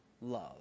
love